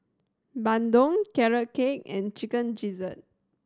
bandung Carrot Cake and Chicken Gizzard